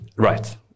Right